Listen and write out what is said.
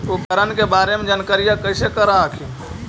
उपकरण के बारे जानकारीया कैसे कर हखिन?